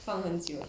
放很久